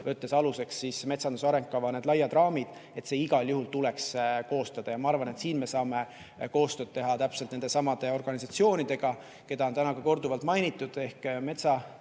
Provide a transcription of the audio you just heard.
võttes aluseks metsanduse arengukava need laiad raamid, igal juhul tuleks koostada. Ja ma arvan, et siin me saame koostööd teha täpselt nendesamade organisatsioonidega, keda on täna juba korduvalt mainitud – metsatööstus,